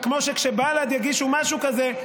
כמו שכשבל"ד יגישו משהו כזה,